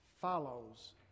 follows